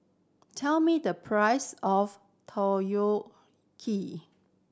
tell me the price of